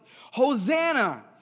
Hosanna